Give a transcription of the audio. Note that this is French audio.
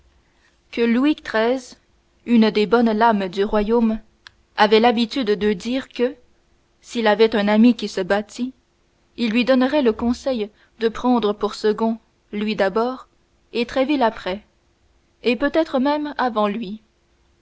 que louis xiii une des bonnes lames du royaume avait l'habitude de dire que s'il avait un ami qui se battît il lui donnerait le conseil de prendre pour second lui d'abord et tréville après et peut-être même avant lui